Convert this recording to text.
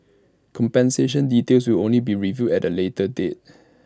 compensation details will only be revealed at A later date